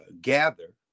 gather